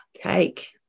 Cake